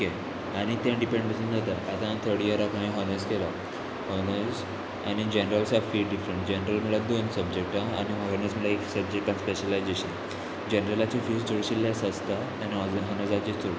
okay आनी तें depend वचून जाता आतां हांव थर्ड इयराक खंय हॉनर्स केला हॉनर्स आनी जनरल फीज डिफ्रण जनरल म्हळ्यार दोन सब्जॅक्टां आनी हॉनर्स म्हळ्यार एक सब्जेक्टान स्पेशलायजेशन जनरलाची फीज चडशी लेस आनी हॉनर्साची चड